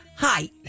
Hi